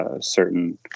certain